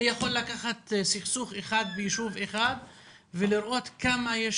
אני יכול לקחת סכסוך אחד מיישוב אחד ולראות כמה יש